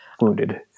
wounded